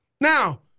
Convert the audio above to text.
Now